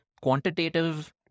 quantitative